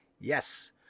yes